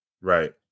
right